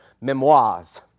memoirs